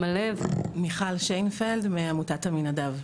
מיכל שיינפלד, מעומתת "עמינדב".